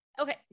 okay